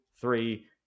three